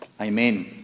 Amen